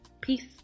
Peace